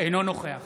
אינו נוכח